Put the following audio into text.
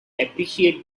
appreciate